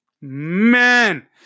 Man